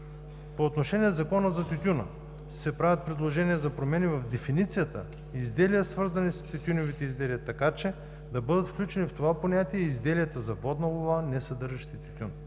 По отношение Закона за тютюна се правят предложения за промени в дефиницията „изделия, свързани с тютюневите изделия“, така че да бъдат включени в това понятие и изделията за водна лула, несъдържащи тютюн.